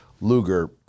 Luger